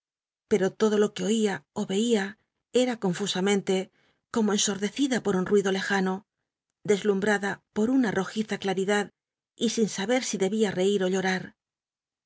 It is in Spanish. pero todo lo que oia ó veia era confusamente como ensordecida por un ruido lejano deslumbrada por una rojiza claridad y sin saber si debia rei r ó llorar